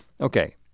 Okay